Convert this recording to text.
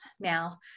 now